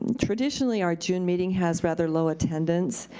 and traditionally, our june meeting has rather low attendance,